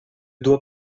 doit